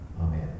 Amen